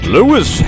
Lewis